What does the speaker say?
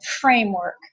framework